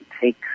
take